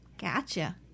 gotcha